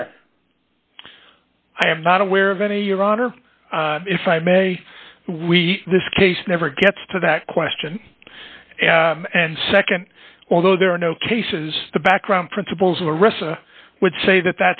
death i am not aware of any your honor if i may we this case never gets to that question and nd although there are no cases the background principles arista would say that